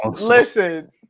Listen